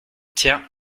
tiens